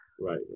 right